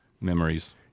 Memories